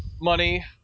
money